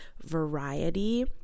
variety